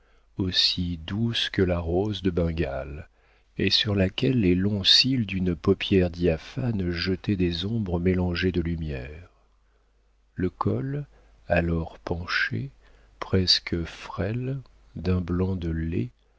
aussi douce que la rose de bengale et sur laquelle les longs cils d'une paupière diaphane jetaient des ombres mélangées de lumière le cou alors penché presque frêle d'un blanc de lait